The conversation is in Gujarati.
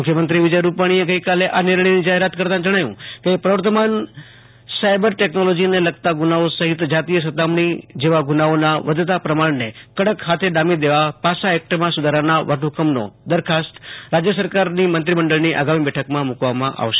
મુખ્યમંત્રી વિજય રૂપાણીએ ગઈકાલે આ નિર્ણયની જાહેરાત કરતાં જણાવ્યું કે પ્રવર્તમાન સાયબર ટેક્નોલોજીને લગતા ગુનાઓ સહિત જાતિય સતામણી જૈવા ગુનાઓના વધતા પ્રમાણને કડક હાથે ડામી દેવા પાસા એક્ટમાં સુધારાના વટહુકમની દરખાસ્ત શિક્ય મંત્રીમંડળની આગામી બેઠકમાં મૂકવામાં આવશે